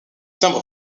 timbre